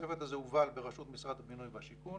הצוות הזה הובל בראשות משרד הבינוי והשיכון,